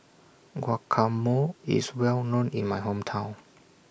Guacamole IS Well known in My Hometown